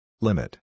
Limit